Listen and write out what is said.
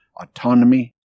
autonomy